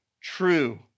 True